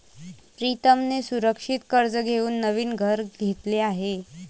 प्रीतमने सुरक्षित कर्ज देऊन नवीन घर घेतले आहे